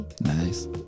Nice